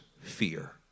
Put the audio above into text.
fear